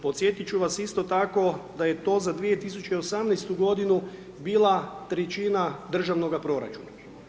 Podsjetiti ću vas isto tako, da je to za 2018. g. bila trećina državnoga proračuna.